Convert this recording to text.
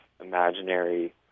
imaginary